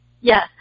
Yes